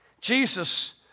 Jesus